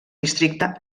districte